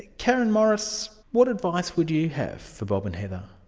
karen morris, what advice would you have for bob and heather?